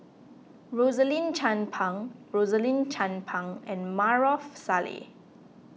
Rosaline Chan Pang Rosaline Chan Pang and Maarof Salleh